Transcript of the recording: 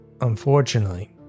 unfortunately